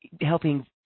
helping